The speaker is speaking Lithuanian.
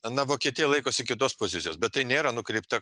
na vokietija laikosi kitos pozicijos bet tai nėra nukreipta